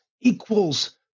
equals